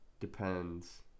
Depends